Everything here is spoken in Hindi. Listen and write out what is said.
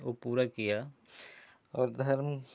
वो पूरा किया और धर्म